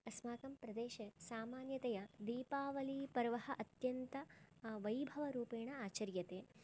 अस्माकं प्रदेशे सामान्यतया दीपावलीपर्वः अत्यन्तं वैभवरूपेण आचर्यते